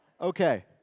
Okay